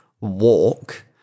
walk